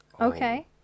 Okay